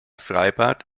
freibad